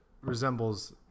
resembles